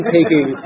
taking